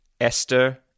Esther